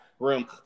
room